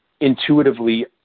intuitively